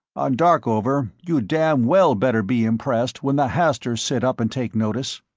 on darkover you'd damn well better be impressed when the hasturs sit up and take notice.